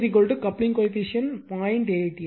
K coupling coefficient 0